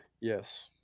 Yes